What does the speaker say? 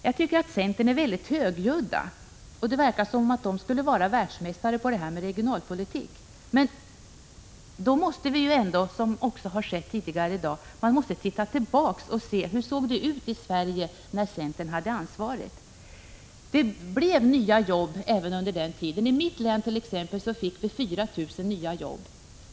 Centerns företrädare är högljudda, och det verkar som om de skulle vara världsmästare i regionalpolitik. Men man måste, som också har sagts tidigare i dag, titta tillbaka och se efter hur det såg ut i Sverige när centern hade ansvaret. Det blev nya jobb även under den tiden. I mitt län tt.ex. fick vi 4 000 nya jobb.